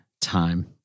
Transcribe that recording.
time